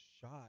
shot